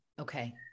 Okay